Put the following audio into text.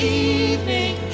evening